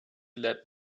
let